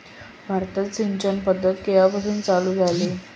भारतात सिंचन पद्धत केवापासून चालू झाली?